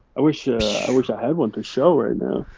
i wish i wish i had one to show right now.